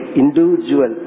individual